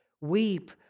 Weep